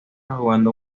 jugando